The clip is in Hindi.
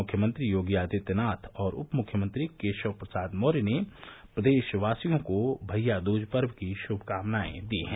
मुख्यमंत्री योगी आदित्यनाथ और उप मुख्यमंत्री केशव प्रसाद मौर्य ने प्रदेशवासियों को भइया दूज पर्व की श्मकामनाएं दी हैं